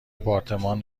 آپارتمان